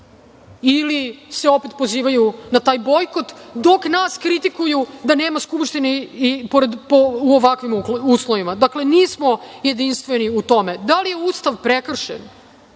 ili se opet pozivaju na taj bojkot dok nas kritikuju da nema Skupštine u ovakvim uslovima? Dakle, nismo jedinstveni u tome. Da li je Ustav prekršen